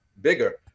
bigger